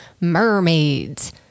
mermaids